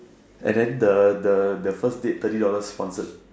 and then the the the first date thirty dollars sponsored